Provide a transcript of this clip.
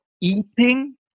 eating